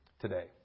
today